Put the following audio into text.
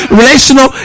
relational